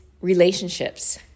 relationships